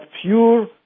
pure